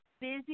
Busy